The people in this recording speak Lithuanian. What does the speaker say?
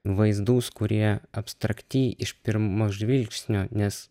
vaizdus kurie abstrakti iš pirmo žvilgsnio nes